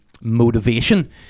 motivation